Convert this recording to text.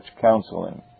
counseling